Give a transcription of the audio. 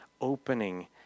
opening